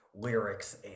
lyrics